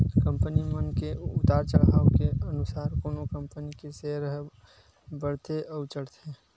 company मन के उतार चड़हाव के अनुसार कोनो कंपनी के सेयर ह बड़थे अउ चढ़थे